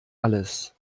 alles